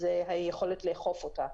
היא היכולת לאכוף אותה.